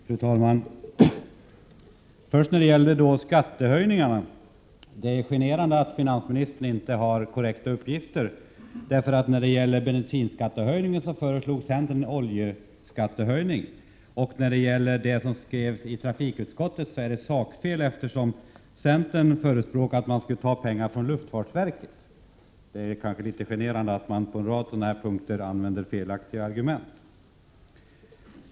Fru talman! Först vill jag säga att när det gäller skattehöjningarna är det generande att finansministern inte lämnar korrekta uppgifter. Bensinskattehöjningen nämndes — centern föreslog en oljeskattehöjning. I fråga om det som skrivits i trafikutskottets betänkande förekom ett sakfel — centern förespråkade att man skulle ta pengar från luftfartsverket. Det är kanske litet generande att finansministern på en rad sådana här punkter använde felaktiga argument.